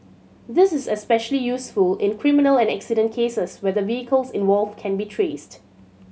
this is especially useful in criminal and accident cases where the vehicles involved can be traced